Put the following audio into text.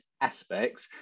aspects